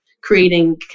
creating